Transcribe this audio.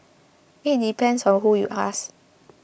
it depends on who you ask